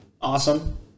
awesome